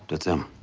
at em,